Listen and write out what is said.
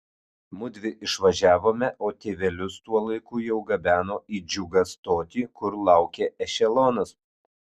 mudvi išvažiavome o tėvelius tuo laiku jau gabeno į džiugą stotį kur laukė ešelonas